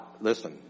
listen